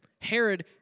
Herod